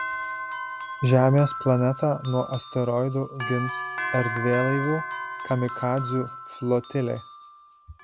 žemės planetą nuo asteroidų gins erdvėlaivių kamikadzių flotilė